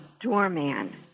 doorman